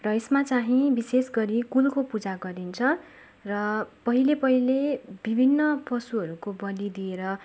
र यसमा चाँहि विशेषगरी कुलको पूजा गरिन्छ र पहिले पहिले विभिन्न पशुहरूको बलि दिएर